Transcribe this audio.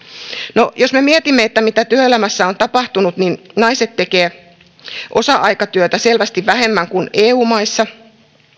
no jos me mietimme mitä työelämässä on tapahtunut niin naiset tekevät osa aikatyötä selvästi vähemmän kuin eu maissa